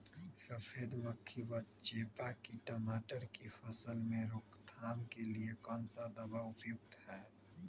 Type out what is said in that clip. सफेद मक्खी व चेपा की टमाटर की फसल में रोकथाम के लिए कौन सा दवा उपयुक्त है?